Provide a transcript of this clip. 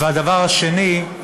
והדבר השני,